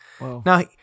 now